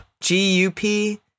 G-U-P